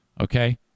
Okay